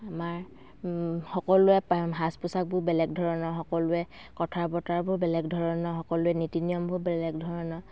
আমাৰ সকলোৱে সাজ পোছাকবোৰ বেলেগ ধৰণৰ সকলোৱে কথা বতৰাবোৰ বেলেগ ধৰণৰ সকলোৱে নীতি নিয়মবোৰ বেলেগ ধৰণৰ